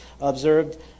observed